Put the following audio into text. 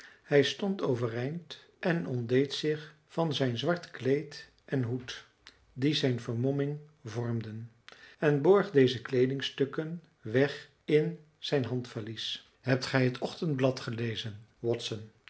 hij stond overeind en ontdeed zich van zijn zwart kleed en hoed die zijn vermomming vormden en borg deze kleedingstukken weg in zijn handvalies hebt gij het ochtendblad gelezen watson